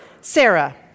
Sarah